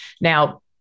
Now